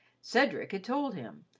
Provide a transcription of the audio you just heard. cedric had told him,